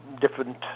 different